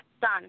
done